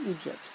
Egypt